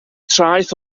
traeth